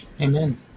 amen